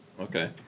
Okay